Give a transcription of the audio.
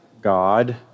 God